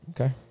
Okay